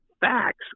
facts